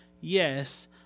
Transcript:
yes